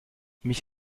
mich